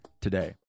today